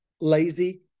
lazy